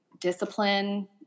discipline